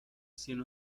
cien